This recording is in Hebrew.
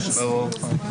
בבקשה.